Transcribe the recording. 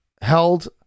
held